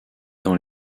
dans